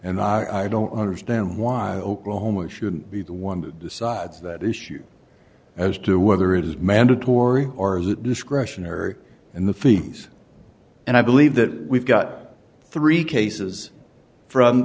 and i don't understand why oklahoma shouldn't be the one who decides that issue as to whether it is mandatory or is it discretionary in the fees and i believe that we've got three cases from